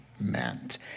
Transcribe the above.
meant